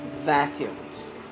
vacuums